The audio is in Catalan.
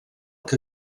que